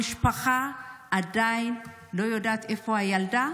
עצוב, המשפחה עדיין לא יודעת איפה הילדה.